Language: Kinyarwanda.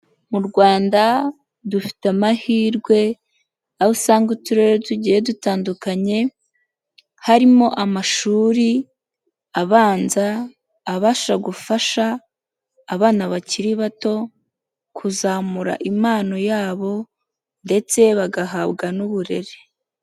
Mu Rwanda dufite amahirwe aho usanga uturere tugiye dutandukanye harimo amashuri abanza abasha gufasha abana bakiri bato kuzamura impano yabo ndetse bagahabwa n'uburere.